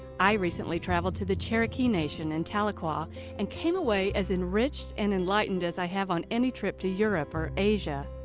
i recently traveled to the cherokee nation in tahlequah and came away as enriched and enlightened as i have on any trip to europe or asia.